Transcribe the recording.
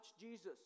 Jesus